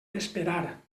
esperar